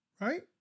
right